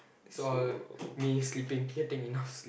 so uh me sleeping getting enough sleep